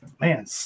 Man